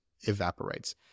evaporates